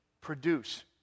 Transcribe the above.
produce